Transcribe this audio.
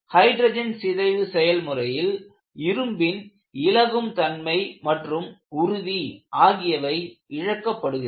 hydrogen சிதைவு செயல்முறையில் இரும்பின் இளகும் தன்மை மற்றும் உறுதி ஆகியவை இழக்கப்படுகிறது